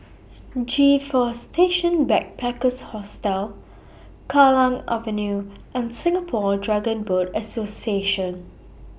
G four Station Backpackers Hostel Kallang Avenue and Singapore Dragon Boat Association